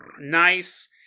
nice